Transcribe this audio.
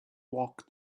walk